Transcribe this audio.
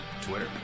Twitter